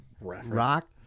rock